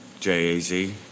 JAZ